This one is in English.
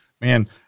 man